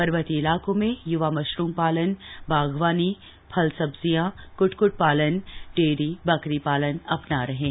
पर्वतीय इलाकों में युवा मशरूम पालन बागवानी फल सब्जियां क्टक्ट पालन डेयरी बकरी पालन अपना रहे हैं